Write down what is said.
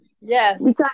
Yes